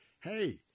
Hey